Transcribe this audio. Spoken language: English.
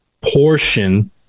portion